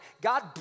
God